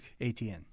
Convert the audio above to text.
ATN